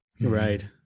Right